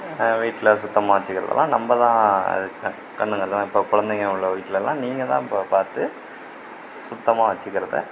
வீட்டில் சுத்தமாக வச்சிக்கிறதுலாம் நம்ப தான் அது க கண்ணும் கருத்துமாக இப்போ குழந்தைங்க உள்ள வீட்லலாம் நீங்கள் தான் பா பார்த்து சுத்தமாக வச்சிக்கிறத